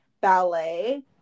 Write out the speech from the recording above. ballet